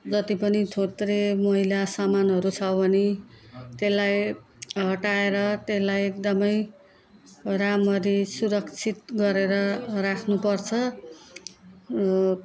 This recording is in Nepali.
जति पनि थोत्रे मैला सामानहरू छ भने त्यसलाई हटाएर त्यसलाई एकदमै राम्ररी सुरक्षित गरेर राख्नु पर्छ